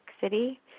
City